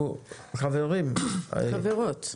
חברים -- חברות.